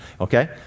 okay